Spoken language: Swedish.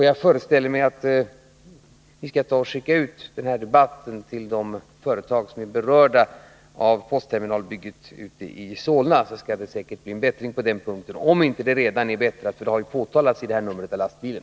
Jag föreställer mig att vi kan ta och skicka ut protokollet från den här debatten till de företag som är berörda av postterminalbygget ute i Solna, och då blir det säkerligen en bättring på denna punkt — om det inte redan har blivit en bättring, för saken har ju påtalats i det aktuella numret av Lastbilen.